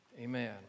Amen